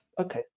okay